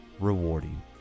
rewarding